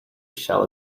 shell